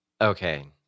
Okay